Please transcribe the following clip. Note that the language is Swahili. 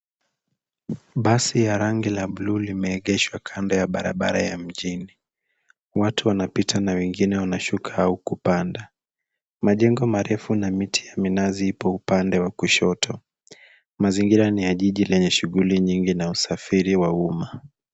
Basi ya rangi la buluu limeegeshwa kando ya barabara ya mjini. Watu wanapita na wengine wanashuka au kupanda. Majengo marefu na miti ya minazi ipo upande wa kushoto. Mazingira ni ya jiji lenye shughuli nyingi na usafiri wa umma.